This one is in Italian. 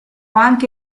anche